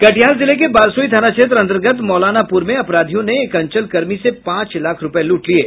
कटिहार जिले के बारसोई थाना क्षेत्र अंतर्गत मौलानापूर में अपराधियों ने एक अंचल कर्मी से पांच लाख रूपये लूट लिये